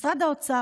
משרד האוצר,